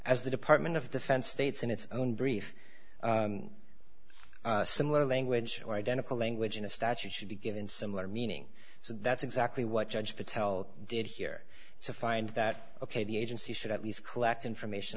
as the department of defense states in its own brief similar language or identical language in a statute should be given similar meaning so that's exactly what judge patel did here to find that ok the agency should at least collect information